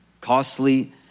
Costly